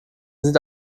sind